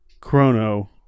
Chrono